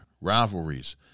rivalries